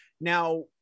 now